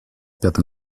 пятым